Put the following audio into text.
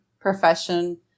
profession